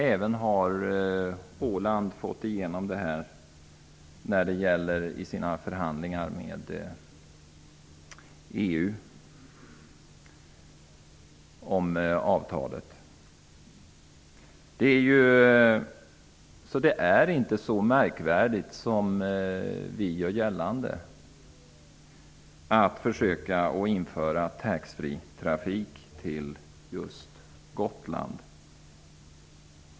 Åland har i förhandlingarna med EU fått igenom ett avtal om taxfreeförsäljning på färjetrafiken. Därför är det inte så märkvärdigt som det ofta görs gällande att försöka införa taxfreeförsäljning på färjorna just till Gotland.